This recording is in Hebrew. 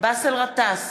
באסל גטאס,